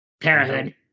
Parenthood